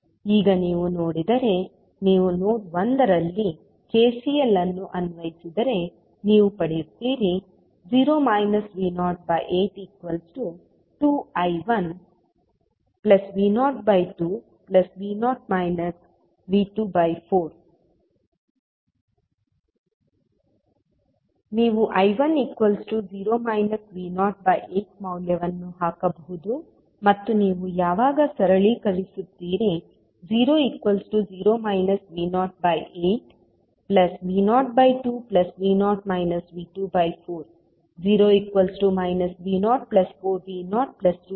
ಈಗ ನೀವು ನೋಡಿದರೆ ನೀವು ನೋಡ್ 1 ನಲ್ಲಿ KCL ಅನ್ನು ಅನ್ವಯಿಸಿದರೆ ನೀವು ಪಡೆಯುತ್ತೀರಿ 0 V082I1V02V0 V24 ನೀವು I18 ಮೌಲ್ಯವನ್ನು ಹಾಕಬಹುದು ಮತ್ತು ನೀವು ಯಾವಾಗ ಸರಳೀಕರಿಸುತ್ತೀರಿ 00 V08V02V0 V24 0 V04V02V0 2V2V22